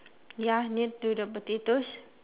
ya near to the potatoes